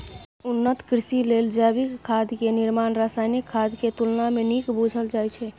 उन्नत कृषि लेल जैविक खाद के निर्माण रासायनिक खाद के तुलना में नीक बुझल जाइ छइ